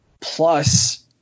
plus